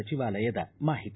ಸಚಿವಾಲಯದ ಮಾಹಿತಿ